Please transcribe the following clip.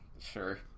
sure